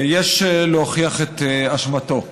יש להוכיח את אשמתו.